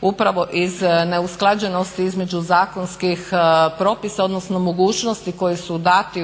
upravo iz neusklađenosti između zakonskih propisa odnosno mogućnosti koje su dati